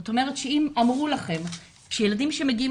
זאת אומרת שאם אמרו לכם שילדים שמגיעים